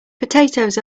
potatoes